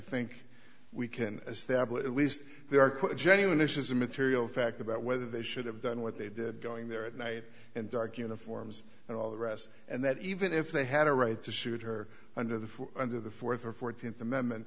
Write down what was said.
think we can establish at least they are quite genuine this is a material fact about whether they should have done what they did going there at night and dark uniforms and all the rest and that even if they had a right to shoot her under the under the fourth or fourteenth amendment